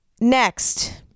Next